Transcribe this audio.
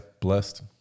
blessed